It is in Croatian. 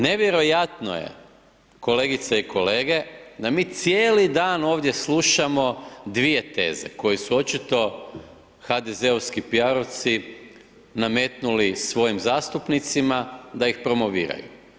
Nevjerojatno je kolegice i kolege da mi cijeli dan ovdje slušamo dvije teze koje su očito HDZ-ovski piarovci nametnuli svojim zastupnicima da ih promoviraju.